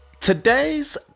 today's